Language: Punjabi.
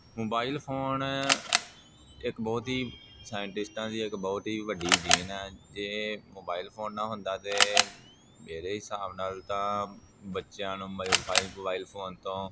ਮੋਬਾਈਲ ਫੋਨ ਇੱਕ ਬਹੁਤ ਹੀ ਸਾਇੰਸਟਿਸਟਾਂ ਦੀ ਇੱਕ ਬਹੁਤ ਹੀ ਵੱਡੀ ਦੇਣ ਹੈ ਜੇ ਮੋਬਾਇਲ ਫੋਨ ਨਾ ਹੁੰਦਾ ਤਾਂ ਮੇਰੇ ਹਿਸਾਬ ਨਾਲ ਤਾਂ ਬੱਚਿਆਂ ਨੂੰ ਵਾਇਲ ਮਬਾਇਲ ਫੋਨ ਤੋਂ